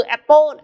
Apple